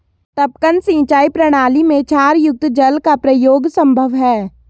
टपकन सिंचाई प्रणाली में क्षारयुक्त जल का प्रयोग संभव है